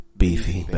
beefy